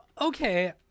Okay